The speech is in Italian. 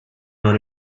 non